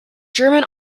german